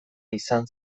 izan